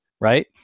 right